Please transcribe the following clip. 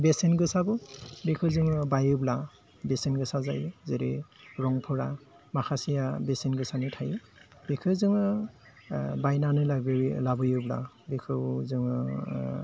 बेसेन गोसाबो बेखौ जोङो बायोब्ला बेसेन गोसा जायो जेरै रंफोरा माखासेआ बेसेन गोसानि थायो बेखो जोङो बायनानै लाबोयो लाबोयोब्ला बेखौ जोङो